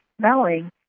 smelling